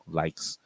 likes